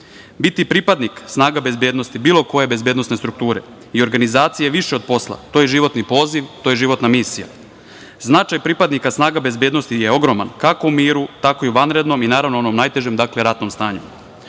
pripadnik snaga bezbednosti bilo koje bezbednosne strukture i organizacije je više od posla, to je životni poziv, to je životna misija. Značaj pripadnika snaga bezbednosti je ogroman, kako u miru, tako i u vanrednom i, naravno, u onom najtežem, dakle, ratnom stanju.U